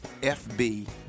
FB